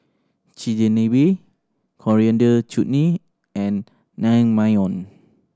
Chigenabe Coriander Chutney and Naengmyeon